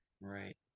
Right